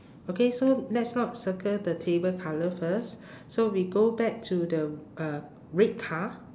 okay so let's not circle the table colour first so we go back to the uh red car